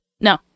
No